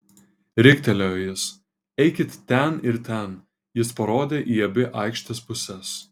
riktelėjo jis eikit ten ir ten jis parodė į abi aikštės puses